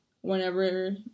whenever